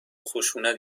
خشونت